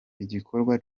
igikorwa